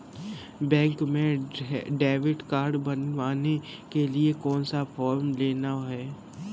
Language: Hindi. बैंक में डेबिट कार्ड बनवाने के लिए कौन सा फॉर्म लेना है?